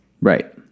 Right